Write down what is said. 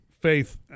Faith